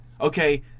Okay